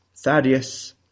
Thaddeus